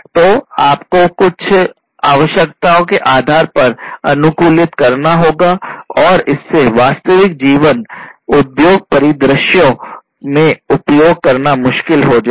तो आपको उन्हें कुछ आवश्यकताओं के आधार पर अनुकूलित करना होगा और इससे वास्तविक जीवन उद्योग परिदृश्यों में उपयोग करना मुश्किल हो जाएगा